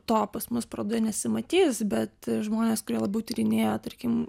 to pas mus parodoje nesimatys bet žmonės kurie labiau tyrinėja tarkim